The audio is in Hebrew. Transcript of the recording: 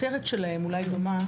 הכותרת שלהם אולי דומה,